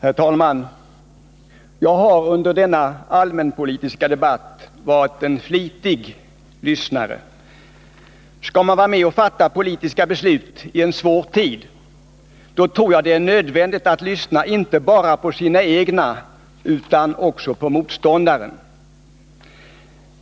Herr talman! Jag har under denna allmänpolitiska debatt varit en flitig lyssnare. Skall man vara med och fatta politiska beslut i en svår tid tror jag det är nödvändigt att lyssna, inte bara på sina egna utan också på motståndarna.